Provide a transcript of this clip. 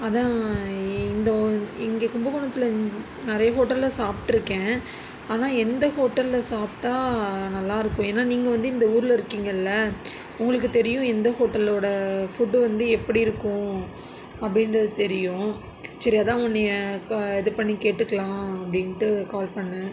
அதான் இந்த இங்கே கும்பகோணத்தில் நிறையா ஹோட்டலில் சாப்பிடுருக்கேன் ஆனால் எந்த ஹோட்டலில் சாப்பிட்டா நல்லாருக்கும் ஏன்னா நீங்கள் வந்து இந்த ஊரில் இருக்கிங்கல்ல உங்களுக்கு தெரியும் எந்த ஹோட்டலோட ஃபுட் வந்து எப்படிருக்கும் அப்படின்றது தெரியும் சரிஅதான் உன்னையை கா இது பண்ணி கேட்டுக்குலாம் அப்படின்ட்டு கால் பண்ணன்